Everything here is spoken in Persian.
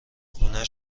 خونه